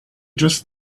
just